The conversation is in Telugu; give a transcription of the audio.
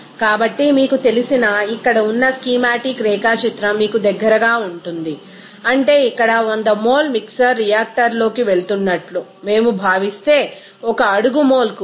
కాబట్టి మీకు తెలిసిన ఇక్కడ ఉన్న స్కీమాటిక్ రేఖాచిత్రం మీకు దగ్గరగా ఉంటుంది అంటే ఇక్కడ 100 మోల్ మిక్సర్ రియాక్టర్లోకి వెళుతున్నట్లు మేము భావిస్తే ఒక అడుగు మోల్కు మీకు తెలిసిన 8